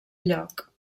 lloc